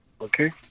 okay